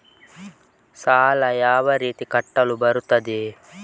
ಸಾಲ ಯಾವ ರೀತಿ ಕಟ್ಟಲು ಬರುತ್ತದೆ?